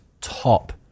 top